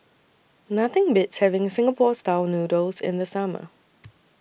Nothing Beats having Singapore Style Noodles in The Summer